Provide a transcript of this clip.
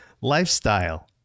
lifestyle